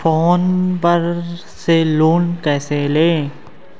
Phone पर से loan कैसे लें?